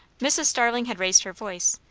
mrs. starling had raised her voice,